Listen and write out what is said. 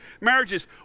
marriages